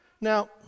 Now